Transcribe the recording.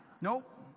Nope